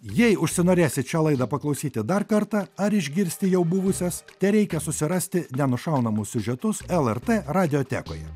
jei užsinorėsit šią laidą paklausyti dar kartą ar išgirsti jau buvusias tereikia susirasti nenušaunamus siužetus el er t radijotekoje